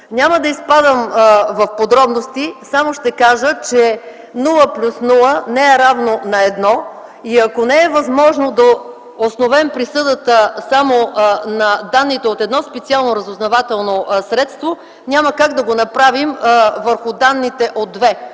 Няма да изпадам в подробности, само ще кажа, че нула плюс нула не е равно на едно. Ако не е възможно да обосновем присъдата само въз основа на данни от едно специално разузнавателно средство, няма как да го направим върху данните от